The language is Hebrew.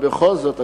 בכל זאת,